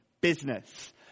business